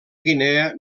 guinea